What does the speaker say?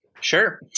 Sure